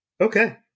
Okay